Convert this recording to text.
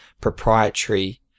proprietary